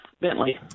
Bentley